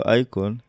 icon